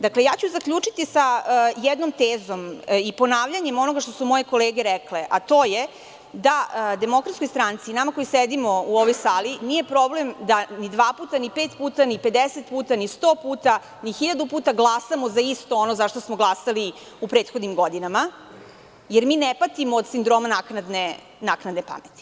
Zaključiću sa jednom tezom i ponavljanjem onoga što su moje kolege rekle, a to je da Demokratskoj stranci i nama koji sedimo u ovoj sali nije problem ni da dva puta, ni pet puta, ni pedeset puta, ni sto puta, ni hiljadu puta glasamo za isto ono za šta smo glasali u prethodnim godinama, jer mi ne patimo od sindroma naknadne pameti.